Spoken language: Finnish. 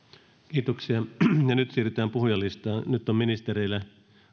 kiitoksia nyt siirrytään puhujalistaan nyt on ministereillä